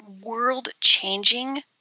world-changing